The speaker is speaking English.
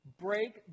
Break